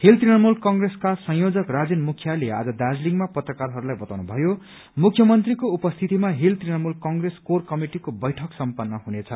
Hill Trinamool कंग्रेसका संयोजक राजेन मुखियाले आज दार्जीलिङमा पत्रकारहरूलाई बताउनु भयो मुख्यमन्त्रीको उपस्थितिमा हील तृणमूल कंग्रेस कोर कमिटिको बैठक सम्पत्र हुनेछ